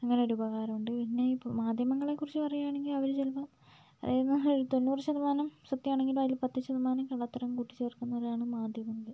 അങ്ങനെ ഒരു ഉപകാരമുണ്ട് പിന്നെ മാധ്യമങ്ങളെക്കുറിച്ച് പറയുവാണെങ്കിൽ അവർ ചിലപ്പോൾ പറയുന്ന കാര്യം തൊണ്ണൂറ് ശതമാനം സത്യമാണെങ്കിലും അതിൽ പത്ത് ശതമാനം കള്ളത്തരം കൂട്ടിച്ചേർക്കുന്നവരാണ് മാധ്യമങ്ങൾ